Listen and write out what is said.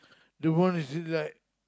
the one is it like